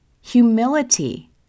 humility